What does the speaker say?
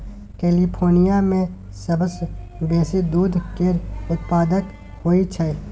California मे सबसँ बेसी दूध केर उत्पाद होई छै